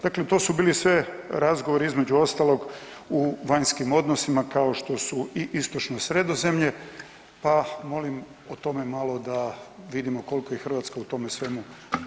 Dakle, to su bili sve razgovori između ostalog u vanjskim odnosima kao što su i istočno Sredozemlje, a molim o tome malo da vidimo koliko je Hrvatska u tome svemu bila partner.